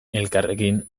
elkarrekin